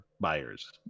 buyers